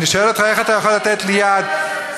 אני שואל אותך, איך אתה יכול לתת לי יד, זה בסדר.